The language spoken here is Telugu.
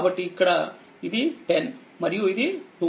కాబట్టి ఇక్కడ ఇది 10 మరియు ఇది 2